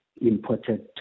imported